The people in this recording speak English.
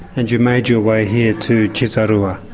and you made your way here to to cisarua.